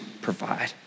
provide